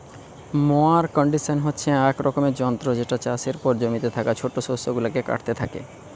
mower condition হচ্ছে এক রকমের যন্ত্র যেটা চাষের পর জমিতে থাকা ছোট শস্য গুলাকে কাটতে থাকে